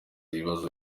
ibibazo